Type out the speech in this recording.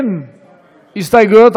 אין הסתייגויות,